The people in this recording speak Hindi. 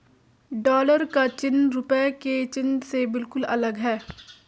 डॉलर का चिन्ह रूपए के चिन्ह से बिल्कुल अलग है